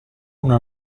una